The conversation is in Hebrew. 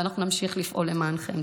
ואנחנו נמשיך לפעול למענכם.